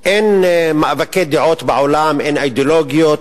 שאין מאבקי דעות בעולם, אין אידיאולוגיות,